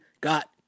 got